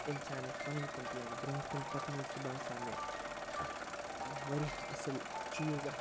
اِنسان ہیٚکہِ پَنٕنۍ کَمپلینٛٹ برٛونٛٹھ کُن پَکنٲوِتھ سُہ باسیٚو مےٚ اَکھ واریاہ اَصٕل چیٖز اَکھ